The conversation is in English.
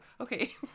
Okay